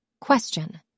Question